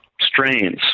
strains